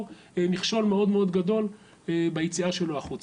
מכשול מאוד-מאוד גדול ביציאה שלו החוצה.